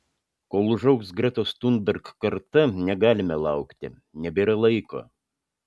kol užaugs gretos thunberg karta negalime laukti nebėra laiko